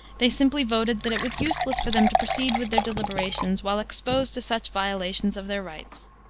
they simply voted that it was useless for them to proceed with their deliberations, while exposed to such violations of their rights.